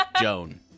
Joan